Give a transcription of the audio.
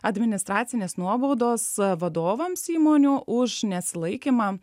administracinės nuobaudos vadovams įmonių už nesilaikymą